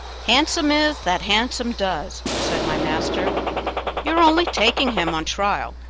handsome is that handsome does, said my master you are only taking him on trial,